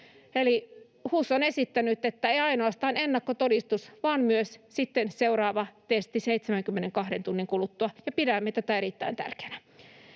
HUS on esittänyt, että vaaditaan ei ainoastaan ennakkotodistus vaan myös seuraava testi 72 tunnin kuluttua, ja pidämme tätä erittäin tärkeänä.